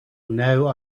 now